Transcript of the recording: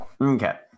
Okay